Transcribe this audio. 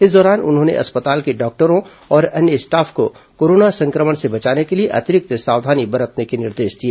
इस दौरान उन्होंने अस्पताल के डॉक्टरों और अन्य स्टाफ को कोरोना संक्रमण से बचाने के लिए अतिरिक्त सावधानी बरतने के निर्देश दिए